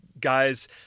guys